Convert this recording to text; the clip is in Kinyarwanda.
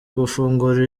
gufungura